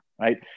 right